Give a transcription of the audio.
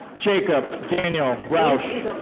jacob daniel roush.